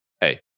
hey